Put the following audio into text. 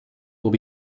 will